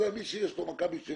מי שיש לו מכבי שלי